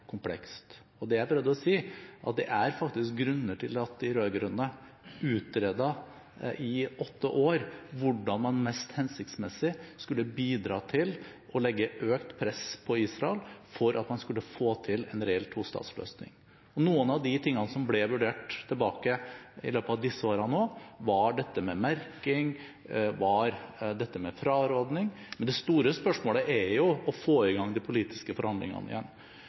komplekst. Det jeg prøvde å si, er at det er grunner til at de rød-grønne utredet i åtte år hvordan man mest hensiktsmessig skulle bidra til å legge økt press på Israel for at man skulle få til en reell tostatsløsning. Noen av de tingene som ble vurdert i løpet av disse årene også, var dette med merking og dette med fraråding. Men det store spørsmålet er å få i gang de politiske forhandlingene igjen.